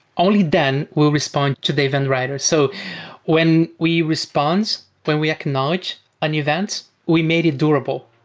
only then will respond to the event writer. so when we respond, when we acknowledge an event, we made it durable.